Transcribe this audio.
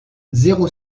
zéro